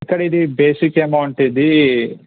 ఇక్కడ ఇది basic amount ఇది